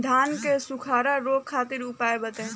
धान के सुखड़ा रोग खातिर उपाय बताई?